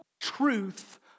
truth